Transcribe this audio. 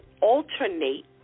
alternate